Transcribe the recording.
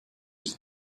aux